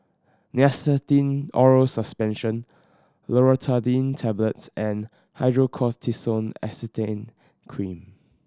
Nystatin Oral Suspension Loratadine Tablets and Hydrocortisone Acetate Cream